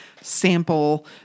sample